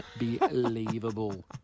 unbelievable